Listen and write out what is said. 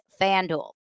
FanDuel